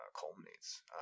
culminates